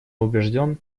убежден